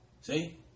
See